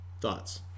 Thoughts